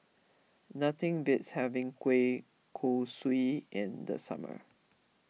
nothing beats having Kueh Kosui in the summer